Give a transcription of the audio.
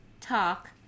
talk